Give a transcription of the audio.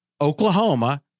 Oklahoma